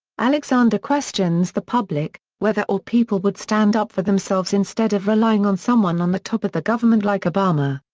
alexander questions the public, whether or people would stand up for themselves instead of relying on someone on the top of the government like obama.